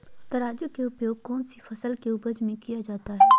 तराजू का उपयोग कौन सी फसल के उपज में किया जाता है?